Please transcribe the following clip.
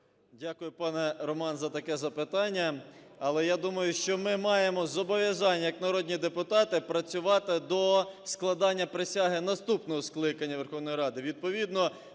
Дякую, пане Романе за таке запитання. Але я думаю, що ми маємо зобов'язання як народні депутати працювати до складання присяги наступного скликання Верховної Ради.